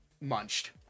munched